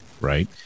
Right